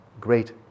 great